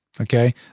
Okay